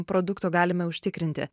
produkto galime užtikrinti